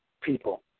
people